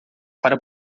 para